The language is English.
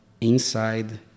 inside